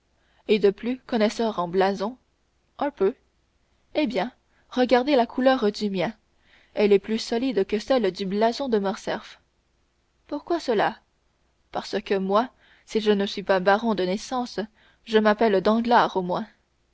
et de plus connaisseur en blason un peu eh bien regardez la couleur du mien elle est plus solide que celle du blason de morcerf pourquoi cela parce que moi si je ne suis pas baron de naissance je m'appelle danglars au moins